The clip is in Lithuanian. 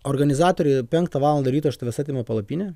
organizatoriai penktą valandą ryto iš tavęs atima palapinę